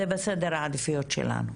זה בסדר העדיפויות שלנו.